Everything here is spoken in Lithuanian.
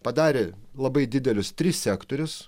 padarė labai didelius tris sektorius